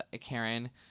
Karen